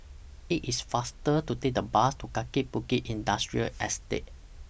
IT IS faster to Take The Bus to Kaki Bukit Industrial Estate